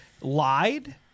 lied